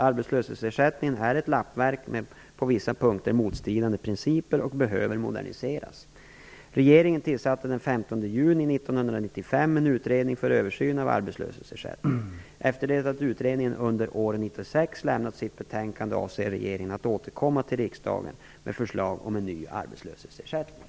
Arbetslöshetsersättningen är ett lappverk med på vissa punkter motstridande principer och behöver moderniseras. Regeringen tillsatte den 15 juni 1995 en utredning för översyn av arbetslöshetsersättningen. Efter det att utredningen under år 1996 lämnat sitt betänkande avser regeringen att återkomma till riksdagen med förslag om en ny arbetslöshetsersättning.